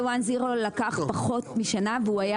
לוואן זירו לקח פחות משנה והוא היה